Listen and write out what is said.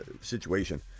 situation